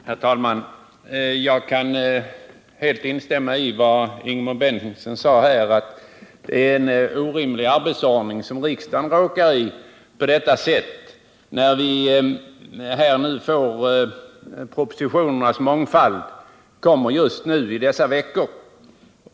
Herr talman! Jag kan helt instämma i vad Ingemund Bengtsson sade om att riksdagen råkar i en orimlig arbetsordning när vi får en mångfald propositioner just nu i dessa veckor.